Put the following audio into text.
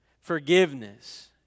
Forgiveness